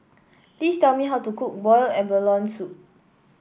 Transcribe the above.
please tell me how to cook Boiled Abalone Soup